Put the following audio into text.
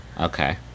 Okay